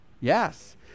Yes